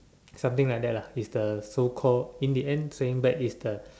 something like that lah is the so called in the end paying back is the